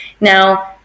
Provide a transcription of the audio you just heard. Now